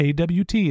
AWT